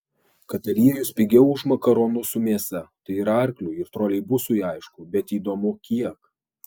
kad aliejus pigiau už makaronus su mėsa tai ir arkliui ir troleibusui aišku bet įdomu kiek